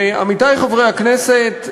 ועמיתי חברי הכנסת,